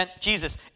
Jesus